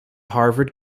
harvard